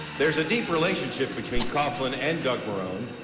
there's a deeper relationship between coughlin and doug marone.